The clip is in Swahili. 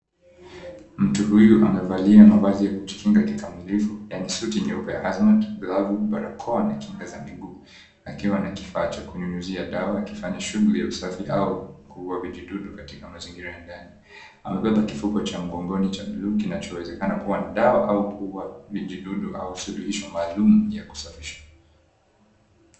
Mtu huyu amevalia mavazi ya kujikinga kikamilifu yaani suti nyeupe ya hazmat , glavu, barakoa na kimeza miguu akiwa na kifaa cha kunyunyuzia dawa akifanya shughuli ya usafi au kuua vijidudu katika mazingira ya ndani. Amebeba kifuko cha mgongoni cha bluu kinachowezekana kua na dawa au kuua vijidudu au suluhisho maalumu ya kusafisha.